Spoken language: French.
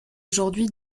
aujourd’hui